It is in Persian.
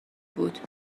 بود